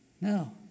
no